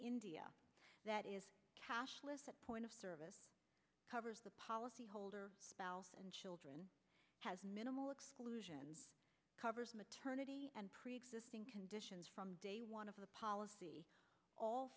india that is that point of service covers the policyholder spouse and children has minimal exclusions covers maternity and preexisting conditions from day one of the policy all